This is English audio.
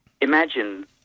imagine